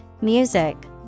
music